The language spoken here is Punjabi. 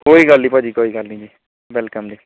ਕੋਈ ਗੱਲ ਨਹੀਂ ਭਾਅ ਜੀ ਕੋਈ ਗੱਲ ਨਹੀਂ ਜੀ ਵੈਲਕੱਮ ਜੀ